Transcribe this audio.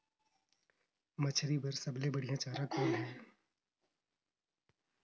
मछरी बर सबले बढ़िया चारा कौन हे?